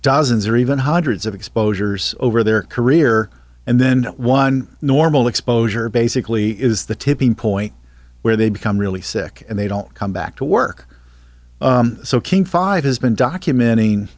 dozens or even hundreds of exposures over their career and then one normal exposure basically is the tipping point where they become really sick and they don't come back to work so king five has been documenting